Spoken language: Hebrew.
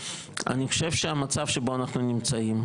אני חושב שהמצב שבו אנחנו נמצאים,